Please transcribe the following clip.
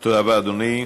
תודה רבה, אדוני.